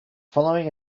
following